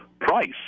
price